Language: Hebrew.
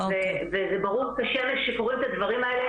וזה ברור כשמש כשקוראים את הדברים האלה,